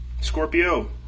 Scorpio